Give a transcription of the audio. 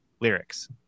lyrics